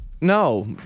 No